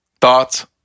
thoughts